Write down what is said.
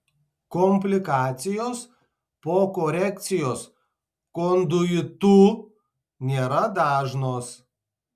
komplikacijos po korekcijos konduitu nėra dažnos